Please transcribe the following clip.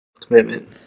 Commitment